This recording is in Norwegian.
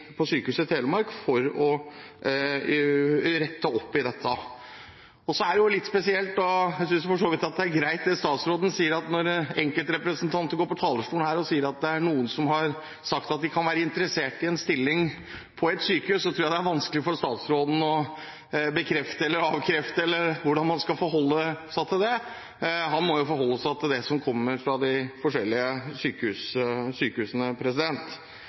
på Sykehuset Telemark med å rette opp i dette. Så er det litt spesielt – jeg synes for så vidt det er greit det statsråden sier – når enkeltrepresentanter går på talerstolen her og sier at noen har sagt at de kan være interessert i en stilling på et sykehus. Jeg tror det er vanskelig for statsråden å bekrefte eller avkrefte eller forholde seg til det. Han må jo forholde seg til det som kommer fra de forskjellige sykehusene.